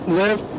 live